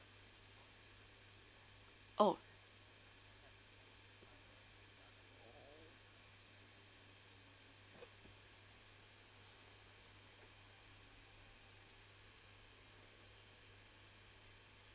oh